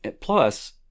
Plus